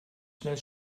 schnell